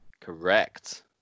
correct